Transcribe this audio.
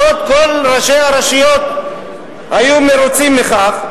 בעוד כל ראשי הרשויות היו מרוצים מכך.